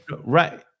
Right